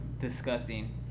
disgusting